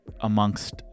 amongst